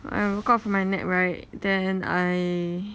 I woke up from my nap right then I